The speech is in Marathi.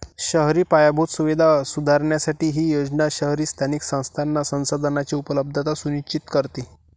शहरी पायाभूत सुविधा सुधारण्यासाठी ही योजना शहरी स्थानिक संस्थांना संसाधनांची उपलब्धता सुनिश्चित करते